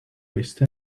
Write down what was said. waste